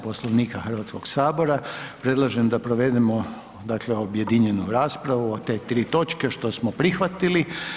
Poslovnika Hrvatskog sabora predlažem da provedemo dakle objedinjenu raspravu o te tri točke što smo prihvatili.